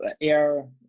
air